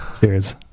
cheers